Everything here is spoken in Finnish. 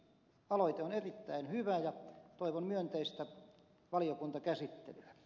aloite on erittäin hyvä ja toivon myönteistä valiokuntakäsittelyä